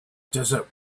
desert